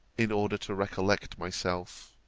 in order to recollect myself.